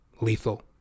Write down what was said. lethal